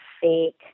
fake